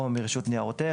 או מרשות ניירות ערך?